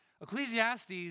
Ecclesiastes